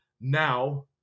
Now